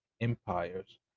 empires